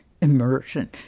immersion